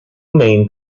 main